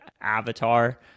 avatar